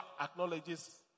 acknowledges